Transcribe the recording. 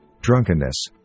drunkenness